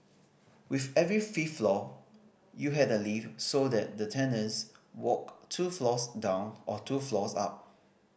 with every fifth floor you had a lift so that the tenants walked two floors down or two floors up